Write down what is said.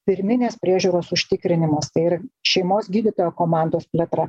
pirminės priežiūros užtikrinimas tai ir šeimos gydytojo komandos plėtra